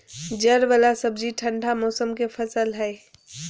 जड़ वाला सब्जि ठंडा मौसम के फसल हइ